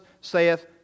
saith